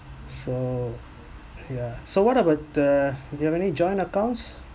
so yeah so what about uh do you have any joint accounts